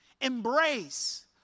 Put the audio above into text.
Embrace